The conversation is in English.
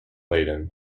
laden